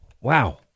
Wow